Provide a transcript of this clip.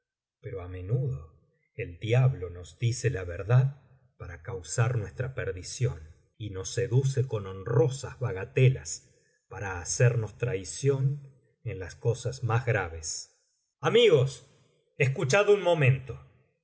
pero á menudo el diablo nos dice la verdad para causar nuestra perdición y nos seduce con honrosas bagatelas para hacernos traición en las cosas más graves amigos escuchad un momento